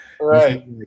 Right